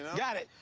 got it,